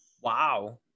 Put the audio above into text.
Wow